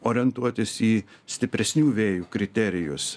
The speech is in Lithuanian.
orientuotis į stipresnių vėjų kriterijus